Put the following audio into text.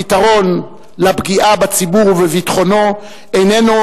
הפתרון לפגיעה בציבור ובביטחונו איננו